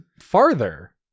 farther